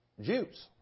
Jews